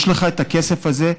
יש לך את הכסף הזה,